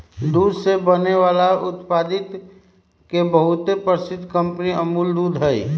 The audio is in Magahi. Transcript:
दूध से बने वाला उत्पादित के बहुत प्रसिद्ध कंपनी अमूल दूध हई